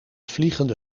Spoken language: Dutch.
vliegende